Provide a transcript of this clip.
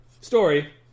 Story